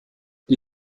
die